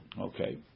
Okay